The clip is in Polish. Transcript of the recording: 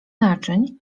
naczyń